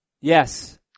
yes